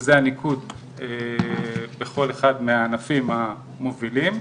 וזה הניקוד בכל אחד מהענפים המובילים.